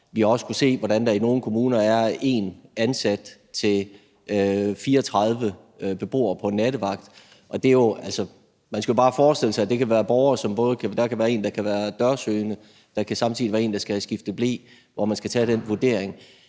Vi har også kunnet se, hvordan der i nogle kommuner er 1 ansat til 34 beboere på en nattevagt. Altså, vi skal jo bare forestille os, at der både kan være en borger, der er dørsøgende, og samtidig en, der skal have skiftet ble, hvor man skal foretage den vurdering.